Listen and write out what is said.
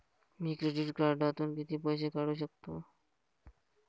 मी credit कार्डातून किती पैसे काढू शकतो?